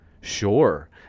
Sure